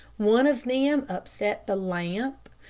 one of them upset the lamp,